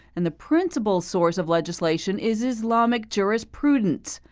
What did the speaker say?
and the principal source of legislation is islamic jurisprudence.